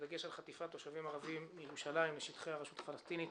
בדגש על חטיפת תושבים ערבים מירושלים לשטחי הרשות הפלסטינית